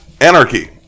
anarchy